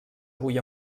avui